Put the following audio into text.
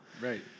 Right